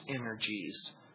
energies